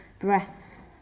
breaths